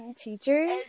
teachers